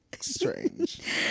Strange